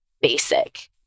basic